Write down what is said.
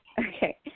Okay